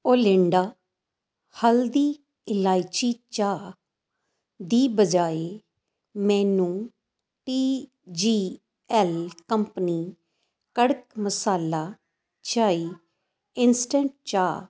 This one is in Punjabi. ਓਲਿੰਡਾ ਹਲਦੀ ਇਲਾਇਚੀ ਚਾਹ ਦੀ ਬਜਾਏ ਮੈਨੂੰ ਪੀ ਜੀ ਐੱਲ ਕੰਪਨੀ ਕੜਕ ਮਸਾਲਾ ਚਾਈ ਇਸਟੈਂਟ ਚਾਹ